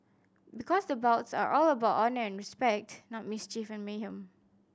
because the bouts are all about honour and respect not mischief and mayhem